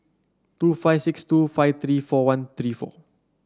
two five six two five three four one three four